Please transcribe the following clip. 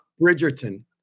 Bridgerton